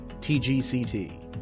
TGCT